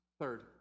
Third